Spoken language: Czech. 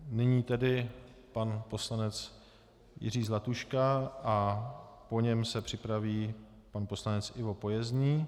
Nyní tedy pan poslanec Jiří Zlatuška a po něm se připraví pan poslanec Ivo Pojezdný.